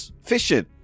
fishing